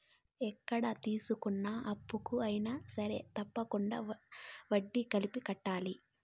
ఎక్కడ తీసుకున్న అప్పుకు అయినా సరే తప్పకుండా వడ్డీ కలిపి కట్టాలి